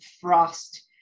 Frost